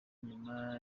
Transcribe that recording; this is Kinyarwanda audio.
nyuma